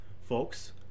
folks